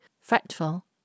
fretful